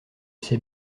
sais